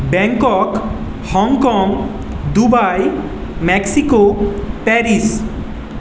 Bangkok Hong Kong Dubai Mexico Paris